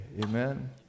amen